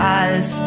eyes